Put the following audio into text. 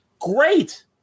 Great